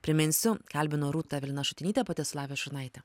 priminsiu kalbinu rūtą eveliną šutinytę pati esu lavija šurnaitė